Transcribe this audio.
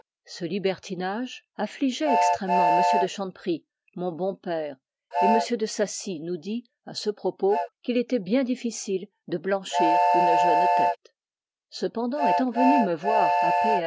ce libertinage affligeoit extrêmement m de chanteprie mon bon père et m de saci nous dit à ce propos qu'il estoit bien difficile de blanchir une jeune teste cependant estant venu me voir à